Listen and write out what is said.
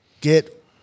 Get